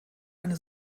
eine